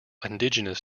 indigenous